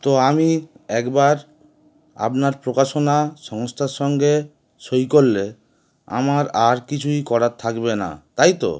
তো আমি একবার আবনার প্রকাশনা সংস্থার সঙ্গে সই করলে আমার আর কিছুই করার থাকবে না তাই তো